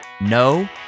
No